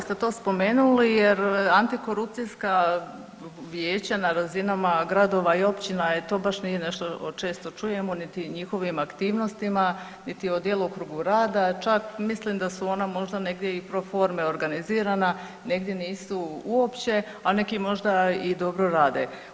Hvala što ste to spomenuli jer antikorupcijsko vijeće na razinama gradova i općina je to baš nije nešto često čujemo niti njihovim aktivnostima niti o djelokrugu rada, čak mislim da su ona možda negdje i pro forme organizirana, negdje nisu uopće, a neki možda i dobro rade.